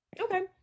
Okay